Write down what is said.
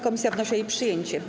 Komisja wnosi o jej przyjęcie.